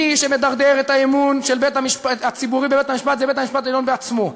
מי שמדרדר את אמון הציבור בבית-המשפט זה בית-המשפט העליון בעצמו,